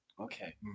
Okay